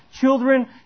children